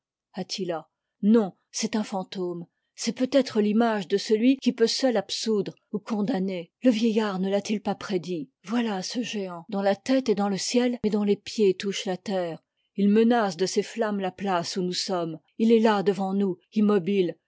attila non c'est un fantôme c'est peut-être l'image de celui qui peut seul absoudre ou condamner le vieillard ne l'a-t-il pas prédit voilà ce géant dont la tête est dans le ciel et dont les pieds touchent la terre il menace de ses flammes la place où nous sommes it est là devant nous immobile